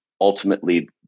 ultimately